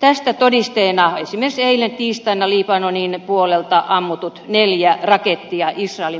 tästä todisteena esimerkiksi eilen tiistaina libanonin puolelta ammutut neljä rakettia israelin puolelle